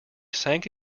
sank